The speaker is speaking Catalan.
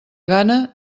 gana